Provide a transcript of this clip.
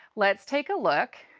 let's take a look